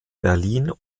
berlin